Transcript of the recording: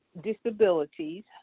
disabilities